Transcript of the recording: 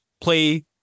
play